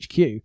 HQ